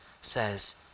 says